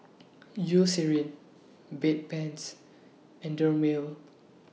Eucerin Bedpans and Dermale